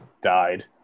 died